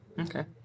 Okay